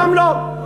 מהיום לא.